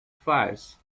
fires